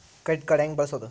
Credit card ಹೆಂಗ ಬಳಸೋದು?